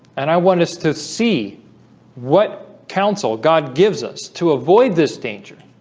and i want us to see what counsel god gives us to avoid this danger?